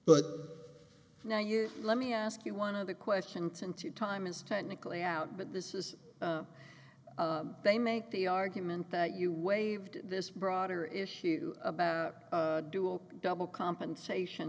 but now you let me ask you one of the question since your time is technically out but this is they make the argument that you waived this broader issue about do open double compensation